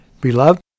Beloved